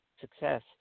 success